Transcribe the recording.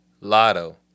Lotto